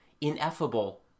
ineffable